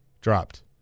dropped